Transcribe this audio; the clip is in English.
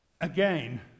again